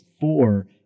Four